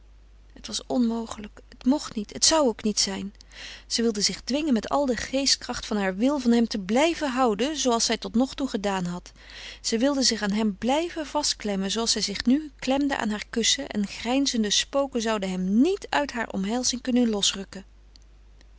het was onmogelijk het mocht niet het zou ook niet zijn ze wilde zich dwingen met al de geestkracht van haren wil van hem te blijven houden zooals zij totnogtoe gedaan had ze wilde zich aan hem blijven vastklemmen zooals zij zich nu klemde aan haar kussen en grijnzende spoken zouden hem niet uit heure omhelzing kunnen losrukken